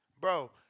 bro